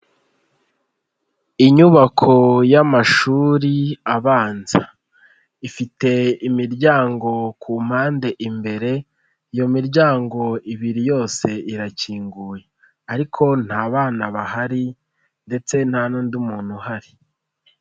Inyubako y'amashuri abanza, ifite imiryango ku mpande imbere, iyo miryango ibiri yose irakinguye ariko nta bana bahari ndetse nta n'undi muntu uhari.